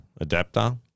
adapter